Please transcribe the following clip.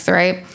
right